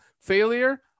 Failure